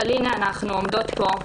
אבל הנה אנחנו עומדות פה,